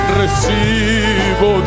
recibo